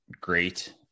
great